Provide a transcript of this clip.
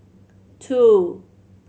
two